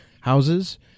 houses